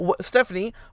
Stephanie